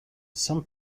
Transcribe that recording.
some